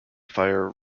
fire